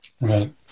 Right